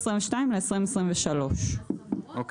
ל- 2023. או עד סוף או לקבוע תאריך אחר.